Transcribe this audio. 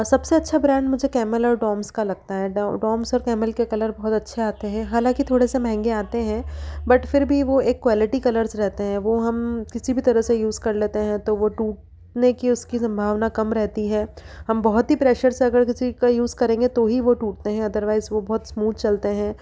सबसे अच्छा ब्रांड मुझे कैमल और डॉम्स का लगता है डॉम्स और कैमल के कलर बहुत अच्छे आते हैं हालाँकि थोड़े से महंगे आते हैं बट फिर भी वो एक क्वालिटी कलर्स रहते हैं वो हम किसी भी तरह से यूज कर लेते हैं तो वो टूटने की उसकी संभावना कम रहती है हम बहुत ही प्रेशर से अगर किसी का यूज करेंगे तो ही वो टूटते हैं अदरवाइज वो बहुत स्मूथ चलते हैं